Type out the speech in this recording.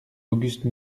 auguste